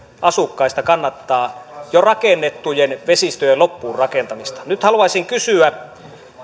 asukkaista kannattaa jo rakennettujen vesistöjen loppuun rakentamista nyt haluaisin kysyä